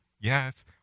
yes